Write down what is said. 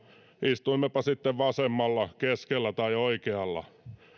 istuimmepa sitten vasemmalla keskellä tai oikealla